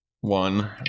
one